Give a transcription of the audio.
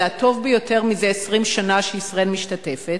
הטוב ביותר זה 20 שנה שישראל משתתפת.